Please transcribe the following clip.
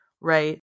right